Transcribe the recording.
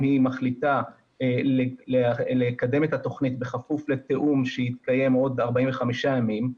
אם היא מחליטה לקדם את התוכנית בכפוף לתיאום שיתקיים בעוד 45 ימים,